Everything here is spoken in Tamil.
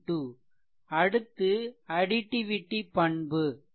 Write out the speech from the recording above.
2 அடுத்து அடிடிவிடி பண்பு additivity property